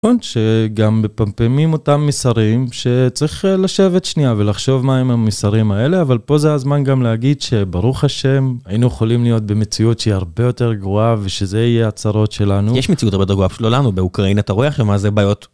שגם מפמפמים אותם מסרים שצריך לשבת שנייה ולחשוב מהם המסרים האלה אבל פה זה הזמן גם להגיד שברוך השם היינו יכולים להיות במציאות שהיא הרבה יותר גרועה ושזה יהיה הצרות שלנו. יש מציאות הרבה יותר גרועה פשוט לא לנו באוקראינה אתה רואה מה זה בעיות.